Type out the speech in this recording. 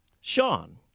Sean